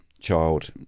child